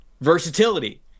versatility